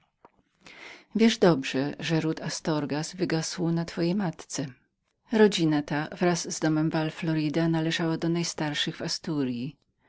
wiesz dobrze że ród astorgas wygasł na twojej matce rodzina ta wraz z domem val florida należała do najstarszych w asturyi